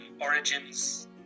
Origins